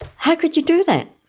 how could you do that?